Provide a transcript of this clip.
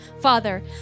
Father